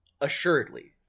Assuredly